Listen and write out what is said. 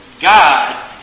God